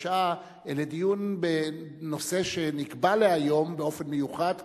השעה לדיון בנושא שנקבע להיום באופן מיוחד כאירוע,